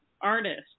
artist